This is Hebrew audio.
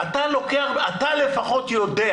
אתה לפחות יודע